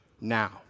now